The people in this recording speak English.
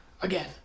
Again